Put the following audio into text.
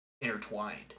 intertwined